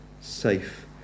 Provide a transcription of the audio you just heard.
safe